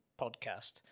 podcast